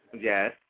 Yes